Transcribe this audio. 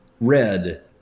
red